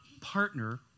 partner